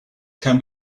can